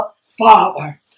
Father